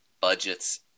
budgets